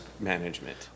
management